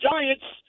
Giants